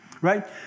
Right